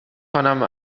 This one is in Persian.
کنم